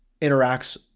interacts